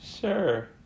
Sure